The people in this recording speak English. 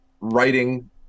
writing